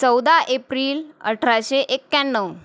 चौदा एप्रिल अठराशे एक्याण्णव